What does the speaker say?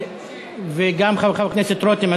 וגם חבר הכנסת רותם,